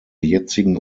jetzigen